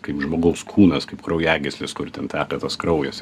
kaip žmogaus kūnas kaip kraujagyslės kur ten teka tas kraujas